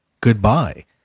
goodbye